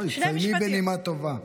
סיימי בנימה טובה.